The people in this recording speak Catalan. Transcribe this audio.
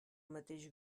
mateix